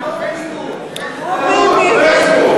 בפייסבוק.